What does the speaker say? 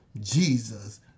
Jesus